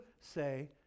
say